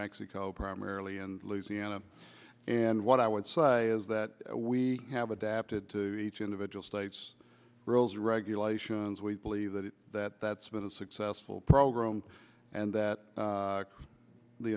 mexico primarily in louisiana and what i would say is that we have adapted to each individual states rules regulations we believe that that's been a successful program and that